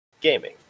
gaming